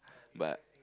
but